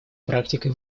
практикой